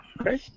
Okay